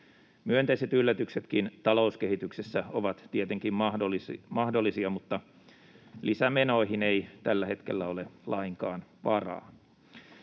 Myönteiset yllätyksetkin talouskehityksessä ovat tietenkin mahdollisia, mutta lisämenoihin ei tällä hetkellä ole lainkaan varaa.